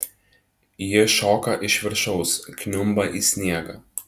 ji šoka iš viršaus kniumba į sniegą